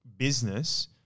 Business